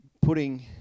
putting